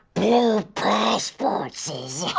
blue passportses!